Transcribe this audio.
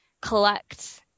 collect